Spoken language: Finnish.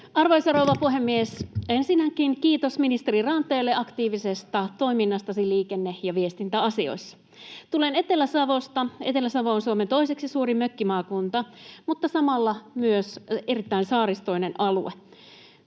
Arvoisa rouva puhemies! Ensinnäkin kiitos ministeri Ranteelle aktiivisesta toiminnastasi liikenne- ja viestintäasioissa. — Tulen Etelä-Savosta. Etelä-Savo on Suomen toiseksi suurin mökkimaakunta mutta samalla myös erittäin saaristoinen alue.